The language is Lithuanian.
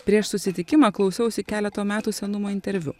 prieš susitikimą klausiausi keleto metų senumo interviu